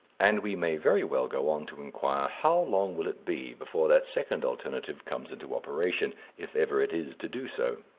and we may very well go on to inquire how long will it be before that second alternative comes into operation if ever it is to do so.